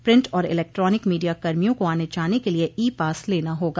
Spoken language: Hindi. प्रिट और इलेक्ट्रानिक मीडियाकर्मियों को आने जाने के लिए ई पास लेना होगा